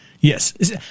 Yes